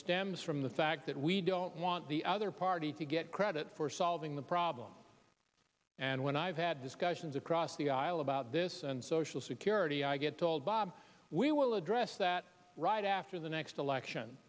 stems from the fact that we don't want the other party to get credit for solving the problem and when i've had discussions across the aisle about this and social security i get told bob we will address that right after the next election